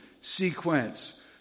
sequence